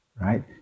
right